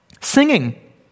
Singing